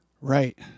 right